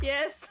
Yes